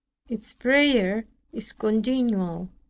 its prayer is continual.